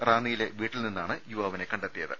റാന്നിയിലെ വീട്ടിൽ നിന്നാണ് യുവാവിനെ കണ്ടെത്തിയത്